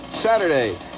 Saturday